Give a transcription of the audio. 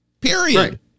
Period